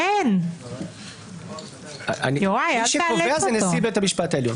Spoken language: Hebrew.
כן מי שקובע זה נשיא בית המשפט העליון.